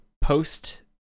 post